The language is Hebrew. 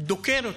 דוקר אותו.